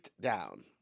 down